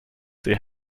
they